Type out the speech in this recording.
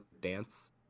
dance